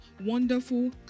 Wonderful